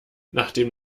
nachdem